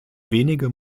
wenige